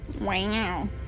Wow